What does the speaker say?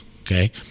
Okay